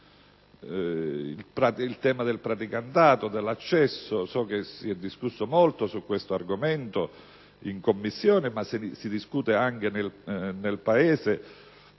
il tema del praticantato e dell'accesso. Si è discusso molto di questo argomento in Commissione e se ne discute anche nel Paese